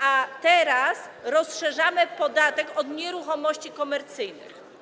a teraz rozszerzamy podatek od nieruchomości komercyjnych.